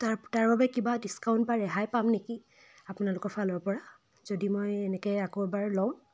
তাৰ তাৰ বাবে কিবা ডিচকাউণ্ট বা ৰেহাই পাম নেকি আপোনালোকৰ ফালৰপৰা যদি মই এনেকৈ আকৌ এবাৰ লওঁ